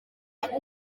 bafite